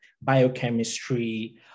biochemistry